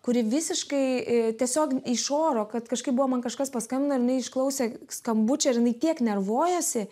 kuri visiškai tiesiog iš oro kad kažkaip buvo man kažkas paskambina ir jinai išklausė skambučio ir jinai tiek nervuojasi